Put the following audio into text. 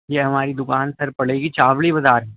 یہ ہماری دکان سر پڑے گی چاوڑی بازار